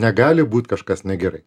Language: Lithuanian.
negali būt kažkas negerai